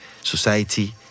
society